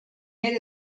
made